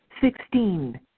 Sixteen